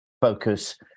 focus